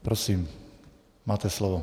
Prosím, máte slovo.